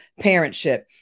parentship